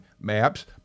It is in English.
maps